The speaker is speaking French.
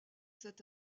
cette